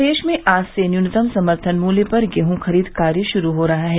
प्रदेश में आज से न्यूनतम समर्थन मूल्य पर गेहूं खरीद कार्य शुरू हो रहा है